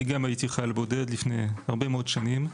אני גם הייתי חייל בודד לפני הרבה מאוד שנים.